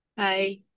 Hi